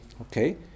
Okay